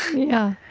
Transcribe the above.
yeah.